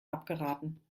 abgeraten